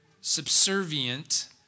subservient